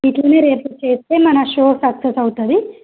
వీటినే రేపు చేస్తే మన షో సక్సెస్ అవుతుంది